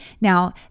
Now